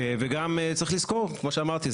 אני בא ואומר שאם החטיבה להתיישבות,